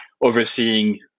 overseeing